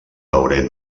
veurem